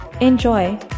Enjoy